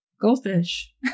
goldfish